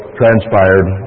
transpired